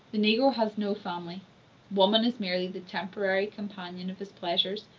the negro has no family woman is merely the temporary companion of his pleasures,